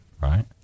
right